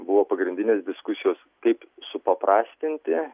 buvo pagrindinės diskusijos kaip supaprastinti